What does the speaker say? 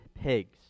pigs